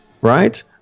right